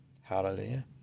Hallelujah